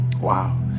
Wow